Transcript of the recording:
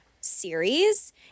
series